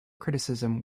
criticism